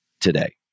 today